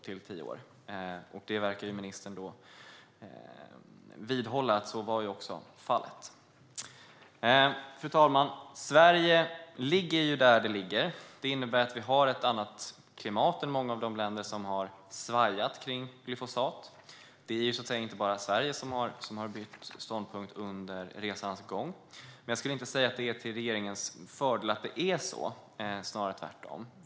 Ministern verkar också vidhålla att så var fallet. Fru talman! Sverige ligger där det ligger. Det innebär att vi har ett annat klimat än många av de länder som har svajat kring glyfosat. Det är inte bara Sverige som har bytt ståndpunkt under resans gång, men jag skulle inte säga att det är till regeringens fördel att det är så, snarare tvärtom.